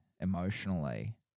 emotionally